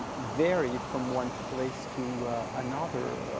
vary from one place to another.